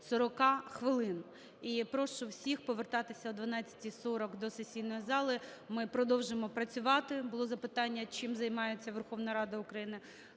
40 хвилин. І прошу всіх повертатися о 12:40 до сесійної зали, ми продовжимо працювати. Було запитання, чим займається Верховна Рада України: